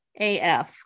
AF